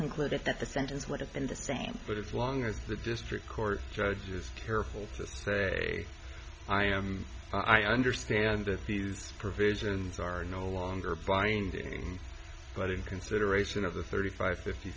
concluded that the sentence would have been the same but as long as the district court judges careful to say i understand that these provisions are no longer binding but in consideration of the thirty five fifty